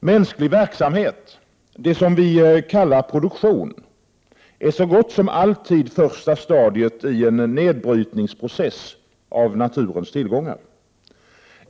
Mänsklig verksamhet — det vi kallar produktion — är så gott som alltid första stadiet i en nedbrytningsprocess av naturens tillgångar.